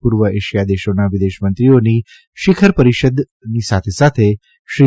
પૂર્વ એશિથા દેશોના વિદેશમંત્રીઓની શિખર પરિષદની સાથે સાથે શ્રી એસ